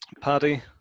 Paddy